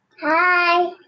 Hi